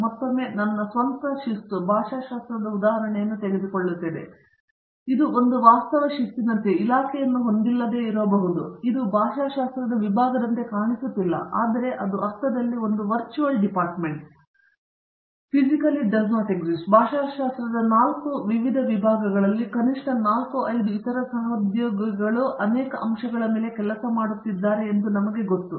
ಆದರೆ ಮತ್ತೊಮ್ಮೆ ನನ್ನ ಸ್ವಂತ ಶಿಸ್ತು ಭಾಷಾಶಾಸ್ತ್ರದ ಉದಾಹರಣೆಯನ್ನು ತೆಗೆದುಕೊಳ್ಳುವ ಇದು ಒಂದು ವಾಸ್ತವ ಶಿಸ್ತಿನಂತೆ ಇಲಾಖೆಯನ್ನು ಹೊಂದಿಲ್ಲದಿರಬಹುದು ಇದು ಭಾಷಾಶಾಸ್ತ್ರದ ವಿಭಾಗದಂತೆ ಕಾಣಿಸುತ್ತಿಲ್ಲ ಆದರೆ ಅದು ಅರ್ಥದಲ್ಲಿ ಒಂದು ವರ್ಚುವಲ್ ಡಿಪಾರ್ಟ್ಮೆಂಟ್ ಭಾಷಾಶಾಸ್ತ್ರದ 4 ವಿವಿಧ ವಿಭಾಗಗಳಲ್ಲಿ ಕನಿಷ್ಠ 4 5 ಇತರ ಸಹೋದ್ಯೋಗಿಗಳು ಅನೇಕ ಅಂಶಗಳ ಮೇಲೆ ಕೆಲಸ ಮಾಡುತ್ತಿದ್ದಾರೆ ಎಂದು ನನಗೆ ಗೊತ್ತು